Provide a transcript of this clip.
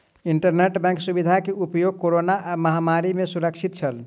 internet bank सुविधा के उपयोग कोरोना महामारी में सुरक्षित छल